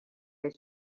his